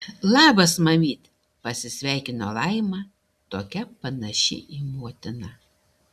labas mamyt pasisveikino laima tokia panaši į motiną